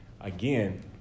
Again